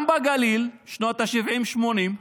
גם בגליל, בשנות השבעים-שמונים,